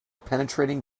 penetrating